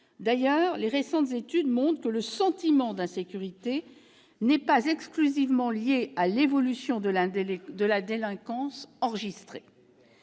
D'ailleurs, les récentes études montrent que le sentiment d'insécurité n'est pas exclusivement lié à l'évolution de la délinquance enregistrée.